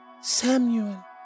Samuel